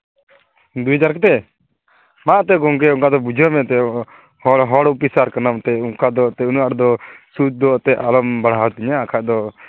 ᱫᱩ ᱦᱟᱡᱟᱨ ᱠᱟᱛᱮ ᱢᱟ ᱮᱱᱛᱮᱜ ᱜᱚᱢᱠᱮ ᱚᱱᱟᱫᱚ ᱵᱩᱡᱷᱟᱹᱣ ᱢᱮ ᱮᱱᱛᱮᱫ ᱦᱚᱲ ᱚᱯᱷᱤᱥᱟᱨ ᱠᱟᱱᱟᱢ ᱛᱮ ᱚᱱᱠᱟ ᱫᱚ ᱮᱱᱛᱮᱫ ᱩᱱᱟᱹᱜ ᱟᱸᱴ ᱫᱚ ᱥᱩᱫᱽ ᱮᱱᱛᱮᱫ ᱟᱞᱚᱢ ᱵᱟᱲᱦᱟᱣ ᱛᱤᱧᱟᱹ ᱟᱨ ᱵᱟᱠᱷᱟᱡ ᱫᱚ